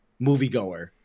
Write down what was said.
moviegoer